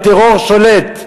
הטרור שולט,